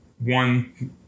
one